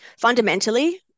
Fundamentally